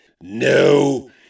No